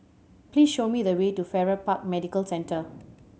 please show me the way to Farrer Park Medical Centre